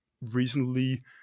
recently